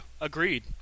agreed